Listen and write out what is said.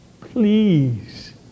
please